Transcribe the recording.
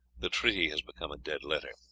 the treaty has become a dead letter.